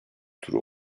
turu